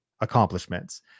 accomplishments